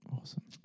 Awesome